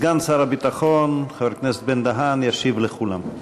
סגן שר הביטחון חבר הכנסת בן-דהן ישיב לכולם.